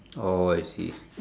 orh I see